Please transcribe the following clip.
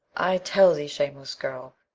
i tell thee, shameless girl,